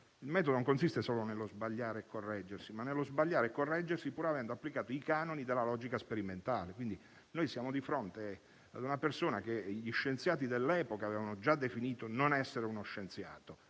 che esso non consiste solo nello sbagliare e correggersi, ma nello sbagliare e correggersi pur avendo applicato i canoni della logica sperimentale. Noi siamo quindi di fronte a una persona che gli scienziati avevamo già definito non essere uno scienziato,